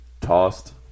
tossed